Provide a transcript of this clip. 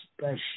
special